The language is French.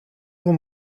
vos